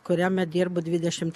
kuriame dirbu dvidešimt